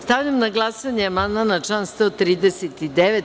Stavljam na glasanje amandman na član 139.